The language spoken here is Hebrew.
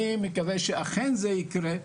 אני מקווה שאכן זה יקרה,